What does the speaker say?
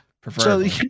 preferably